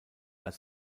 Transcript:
als